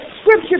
Scripture